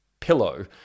pillow